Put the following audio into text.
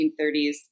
1930s